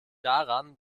daran